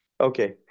Okay